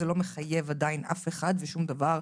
זה לא מחייב עדיין אף אחד ושום דבר,